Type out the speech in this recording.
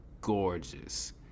gorgeous